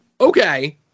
Okay